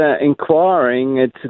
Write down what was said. inquiring